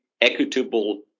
equitable